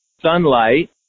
sunlight